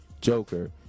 Joker